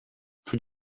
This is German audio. für